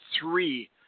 three